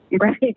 Right